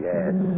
Yes